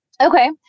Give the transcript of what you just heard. Okay